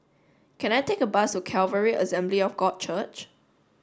can I take a bus to Calvary Assembly of God Church